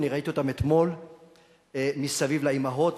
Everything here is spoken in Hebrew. אני ראיתי אותם אתמול מסביב לאמהות,